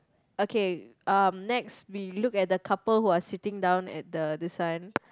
okay um next we look at the couple who are sitting down at the this one